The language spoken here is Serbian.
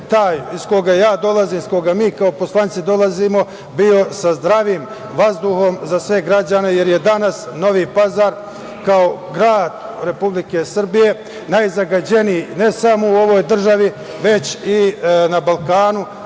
taj iz koga ja dolazim, iz koga mi kao poslanici dolazimo, bio sa zdravim vazduhom za sve građane jer je danas Novi Pazar kao grad Republike Srbije, najzagađeniji, ne samo u ovoj državi već i na Balkanu,